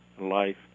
life